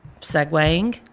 segueing